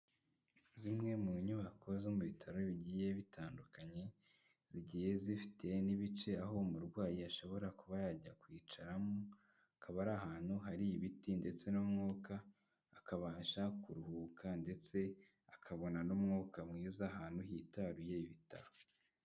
Zimwe mu nyubako zo mu bitaro bigiye bitandukanye, zigiye zifite n'ibice aho umurwayi ashobora kuba yajya kwicaramo. Akaba ari ahantu hari ibiti ndetse n'umwuka, akabasha kuruhuka ndetse akabona n'umwuka mwiza ahantu hitaruye ibitaro.